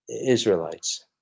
Israelites